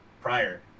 prior